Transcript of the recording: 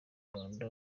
rwanda